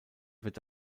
wird